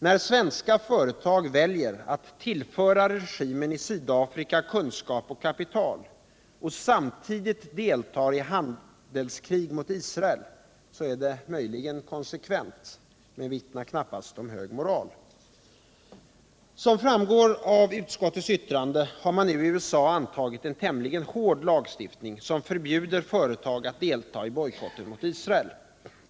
När svenska företag väljer att tillföra regimen i Sydafrika kunskap och kapital och samtidigt deltar i handelskrig mot Israel så är det möjligen konsekvent — men vittnar knappast om hög moral. Som framgår av utskottets skrivning har man ju i USA antagit en tämligen hård lagstiftning, som förbjuder företag att delta i bojkotten mot Israel.